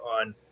on